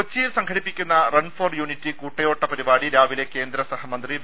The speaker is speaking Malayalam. കൊച്ചിയിൽ സംഘടിപ്പിക്കുന്ന റൺഫോർ യൂണിറ്റി കൂട്ടയോട്ട പരി പാടി രാവിലെ കേന്ദ്രസഹമന്ത്രി വി